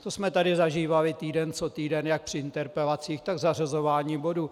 To jsme tady zažívali týden co týden, jak při interpelacích, tak zařazování bodů.